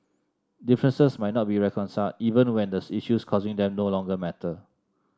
differences might not be reconciled even when the issues causing them no longer matter